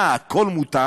מה, הכול מותר?